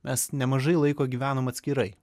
mes nemažai laiko gyvenom atskirai